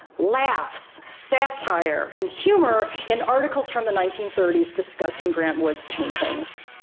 laughs, satire, and humor in articles from the nineteen thirty s discussing grant wood's paintings.